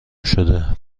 شده